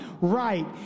right